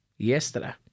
Yesterday